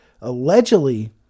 allegedly